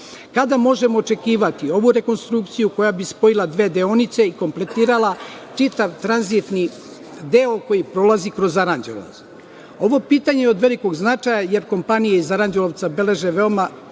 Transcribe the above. Kada možemo očekivati ovu rekonstrukciju koja bi spojila dve deonice i kompletirala čitav tranzitni deo koji prolazi kroz Aranđelovac? Ovo pitanje je od velikog značaja jer kompanije iz Aranđelovca beleže veoma